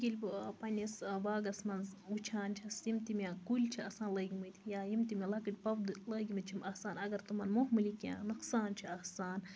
ییٚلہِ بہٕ پَنٕنِس باغَس منٛز وُچھان چھَس یِم تہِ مےٚ کُلۍ چھِ آسان لٲگمٕتۍ یا یِم تہِ مےٚ لۄکٕٹۍ پودٕ لٲگمٕتۍ چھِم آسان اَگر تِمَن معموٗلی کیٚنٛہہ نۄقصان چھُ آسان